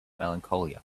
melancholia